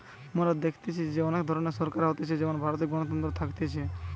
মোরা দেখেছি যে অনেক ধরণের সরকার হতিছে যেমন ভারতে গণতন্ত্র থাকতিছে